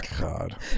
God